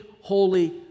holy